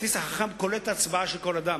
הכרטיס החכם קולט הצבעה של כל אדם.